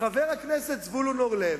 חבר הכנסת זבולון אורלב,